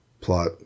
plot